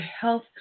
health